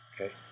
Okay